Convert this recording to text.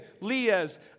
Leah's